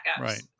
Right